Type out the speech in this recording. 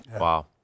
Wow